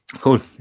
Cool